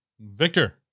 Victor